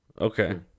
Okay